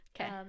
Okay